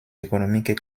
économiques